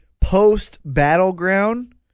post-battleground